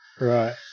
Right